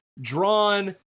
drawn